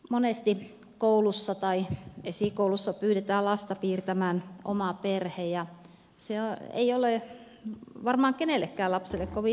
monesti koulussa tai esikoulussa pyydetään lasta piirtämään oma perhe ja se ei ole varmaan kenellekään lapselle kovin helppo tehtävä